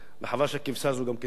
וחבל שהכבשה הזאת גם כן תמות.